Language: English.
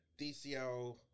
DCL